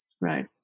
right